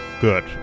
good